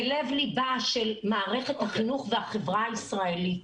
זה לב ליבה של מערכת החינוך והחברה הישראלית.